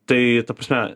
tai ta prasme